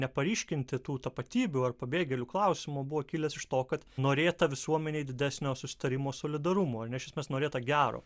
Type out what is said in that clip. neparyškinti tų tapatybių ar pabėgėlių klausimo buvo kilęs iš to kad norėta visuomenei didesnio susitarimo solidarumo ar ne iš esmės norėta gero